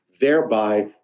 thereby